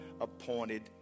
appointed